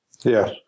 Yes